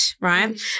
Right